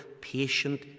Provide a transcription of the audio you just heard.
patient